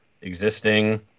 existing